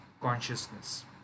consciousness